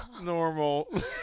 Normal